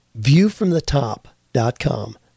viewfromthetop.com